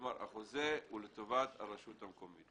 כלומר החוזה הוא לטובת הרשות המקומית.